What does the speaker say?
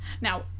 Now